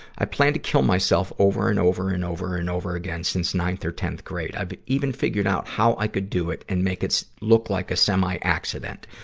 i plan to kill myself over and over and over and over again since ninth or tenth grade. i've even figured out how i could do it and make it look like a semi-accident.